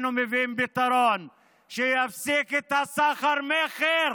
אנחנו מביאים פתרון שיפסיק את הסחר-מכר